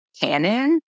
canon